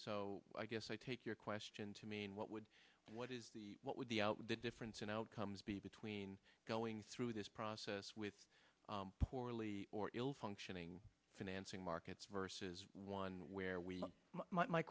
so i guess i take your question to mean what would what is the what would be out the difference in outcomes be between going through this process with poorly or ill functioning financing markets versus one where we my